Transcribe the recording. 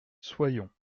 soyons